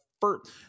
first